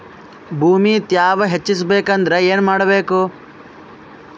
ಭೂಮಿ ತ್ಯಾವ ಹೆಚ್ಚೆಸಬೇಕಂದ್ರ ಏನು ಮಾಡ್ಬೇಕು?